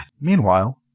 Meanwhile